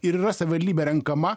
ir yra savivaldybė renkama